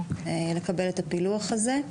לקבל את הפילוח הזה.